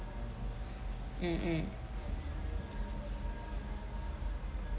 mmhmm